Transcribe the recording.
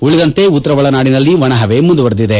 ಉಳಿದಂತೆ ಉತ್ತರ ಒಳನಾಡಿನಲ್ಲಿ ಒಣಪವೆ ಮುಂದುವರಿದಿದೆ